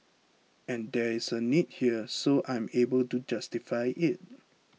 and there is a need here so I'm able to justify it